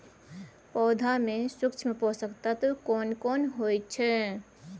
पौधा में सूक्ष्म पोषक तत्व केना कोन होय छै?